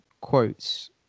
quotes